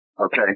Okay